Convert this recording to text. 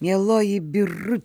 mieloji birute